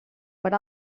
per